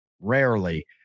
rarely